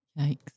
Yikes